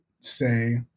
say